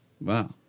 Wow